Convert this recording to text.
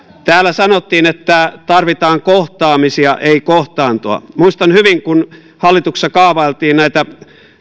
täällä sanottiin että tarvitaan kohtaamisia ei kohtaantoa muistan hyvin että kun hallituksessa kaavailtiin näitä